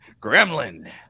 Gremlin